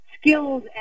skills